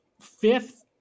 Fifth